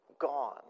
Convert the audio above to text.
gone